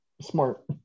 smart